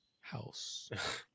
House